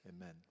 Amen